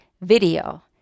video